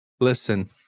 Listen